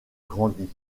grandi